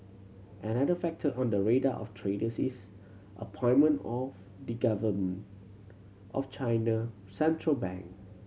another factor on the radar of traders is appointment of the governor of China central bank